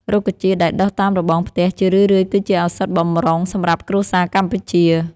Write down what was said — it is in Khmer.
រុក្ខជាតិដែលដុះតាមរបងផ្ទះ ជារឿយៗគឺជាឱសថបម្រុងសម្រាប់គ្រួសារកម្ពុជា។